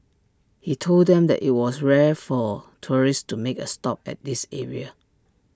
he told them that IT was rare for tourists to make A stop at this area